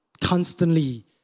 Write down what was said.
constantly